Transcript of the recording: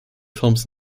films